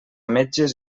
metges